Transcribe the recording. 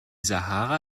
sahara